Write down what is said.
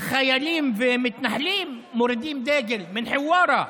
חיילים ומתנחלים מורידים דגל, מן חווארה.